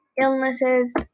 illnesses